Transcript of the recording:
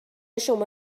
شما